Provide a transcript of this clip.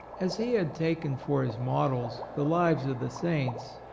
as he had taken for his models the lives of the saints,